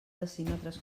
decímetres